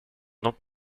donc